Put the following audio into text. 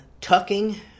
tucking